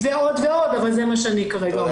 ועוד ועוד, אבל זה לכרגע.